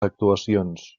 actuacions